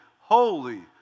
holy